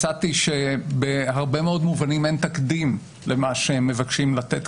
מצאתי שבהרבה מובנים מצאתי שאין תקדים במה שמבקשים לתת